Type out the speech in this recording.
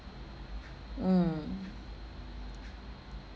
mm